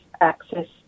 access